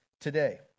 today